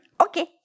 Okay